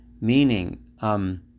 meaning